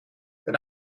een